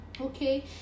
okay